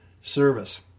service